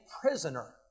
prisoner